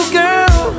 girl